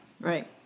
Right